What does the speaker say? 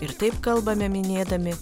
ir taip kalbame minėdami